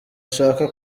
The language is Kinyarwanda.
ashaka